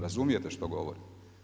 Razumijete što govorim?